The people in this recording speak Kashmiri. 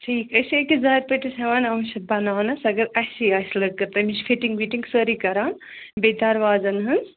ٹھیٖک أسۍ چھِ أکِس دارِ پٔٹِس ہٮ۪وان نَو شَتھ بَناونَس اگر اَسی آسہِ لٔکٕر تٔمِس چھِ فِٹِنٛگ وِٹِنٛگ سٲری کَران بیٚیہِ دروازَن ہٕنٛز